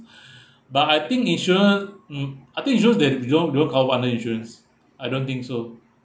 but I think insurance mm I think insurance they you all you all cover under insurance I don't think so